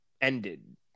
ended